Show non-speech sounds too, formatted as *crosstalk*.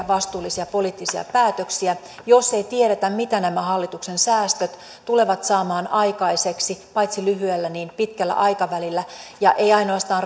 *unintelligible* vastuullisia poliittisia päätöksiä jos ei tiedetä mitä nämä hallituksen säästöt tulevat saamaan aikaiseksi paitsi lyhyellä myös pitkällä aikavälillä ja ei ainoastaan *unintelligible*